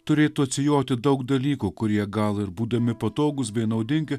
turėtų atsijoti daug dalykų kurie gal ir būdami patogūs bei naudingi